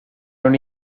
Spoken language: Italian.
non